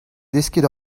desket